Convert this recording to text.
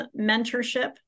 mentorship